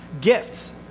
gifts